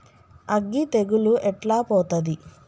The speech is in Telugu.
అగ్గి తెగులు ఎట్లా పోతది?